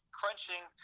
crunching